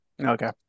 Okay